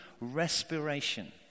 respiration